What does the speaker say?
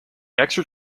extra